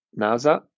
NASA